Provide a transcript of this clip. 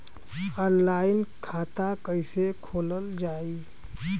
Online खाता कईसे खोलल जाई?